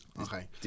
okay